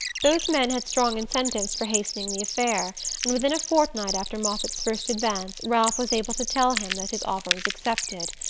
both men had strong incentives for hastening the affair and within a fortnight after moffatt's first advance ralph was able to tell him that his offer was accepted.